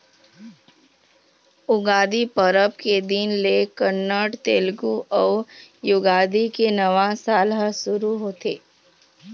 उगादी परब के दिन ले कन्नड़, तेलगु अउ युगादी के नवा साल ह सुरू होथे